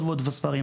עוד ועוד ספרים,